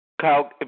Kyle